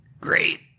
Great